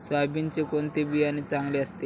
सोयाबीनचे कोणते बियाणे चांगले असते?